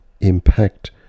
impact